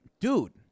dude